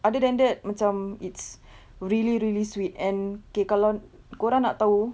other than that macam it's really really sweet and okay kalau kau orang nak tahu